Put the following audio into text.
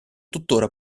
tuttora